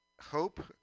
hope